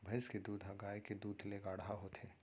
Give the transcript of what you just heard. भईंस के दूद ह गाय के दूद ले गाढ़ा होथे